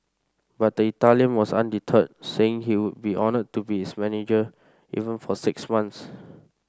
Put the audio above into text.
but the Italian was undeterred saying he would be honoured to be its manager even for six months